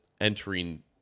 entering